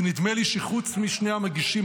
כי נדמה לי שחוץ משני המגישים,